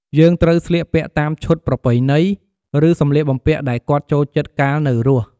យើងត្រូវស្លៀកពាក់តាមឈុតប្រពៃណី ឬសម្លៀកបំពាក់ដែលគាត់ចូលចិត្តកាលនៅរស់។